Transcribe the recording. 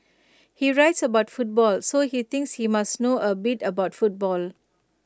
he writes about football so he thinks he must know A bit about football